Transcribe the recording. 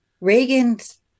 Reagan's